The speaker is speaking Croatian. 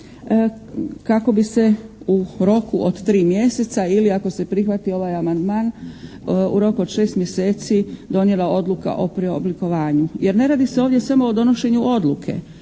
kako bi se u roku od 3 mjeseca ili ako se prihvati ovaj amandman u roku od 6 mjeseci donijela odluka o preoblikovanju. Jer ne radi se ovdje samo o donošenju odluke